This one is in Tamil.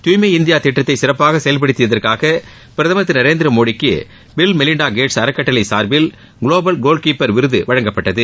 துய்மை இந்தியா திட்டத்தை சிறப்பாக செயல்படுத்தியதற்காக பிரதமர் திரு நரேந்திரமோடிக்கு பில் மெலிண்டா கேட்ஸ் அறக்கட்டளை சார்பில் குளோபல் கோல் கீப்பர் விருது வழங்கப்பட்டது